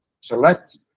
select